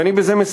ובזה,